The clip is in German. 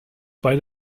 bei